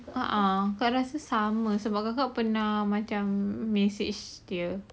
a'ah kak rasa sama sebab kakak pernah macam message dia